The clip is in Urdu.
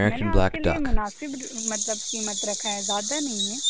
میں نے آپ کے لیے مناسب مطلب قیمت رکھا ہے زیادہ نہیں ہے